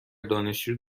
دانشجو